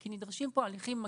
כי נדרשים פה הליכים מקדימים.